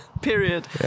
Period